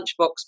lunchbox